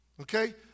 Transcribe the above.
Okay